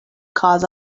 cause